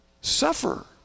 suffer